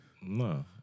No